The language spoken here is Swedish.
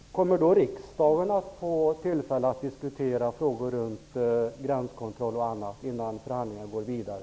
Herr talman! Kommer riksdagen att få tillfälle att diskutera frågor kring bl.a. gränskontroll, innan förhandlingarna går vidare?